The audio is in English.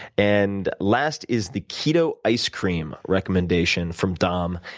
and last is the keto ice cream recommendation from dom.